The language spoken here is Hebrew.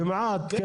כמעט.